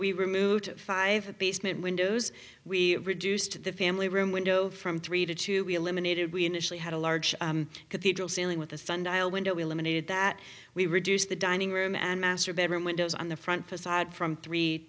we removed five basement windows we reduced the family room window from three to two we eliminated we initially had a large cathedral ceiling with a sundial window eliminated that we reduced the dining room and master bedroom windows on the front facade from three